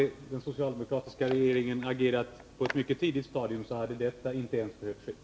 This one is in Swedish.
Om den socialdemokratiska regeringen hade agerat på ett mycket tidigt stadium, hade inte ens detta behövt ske.